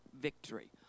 victory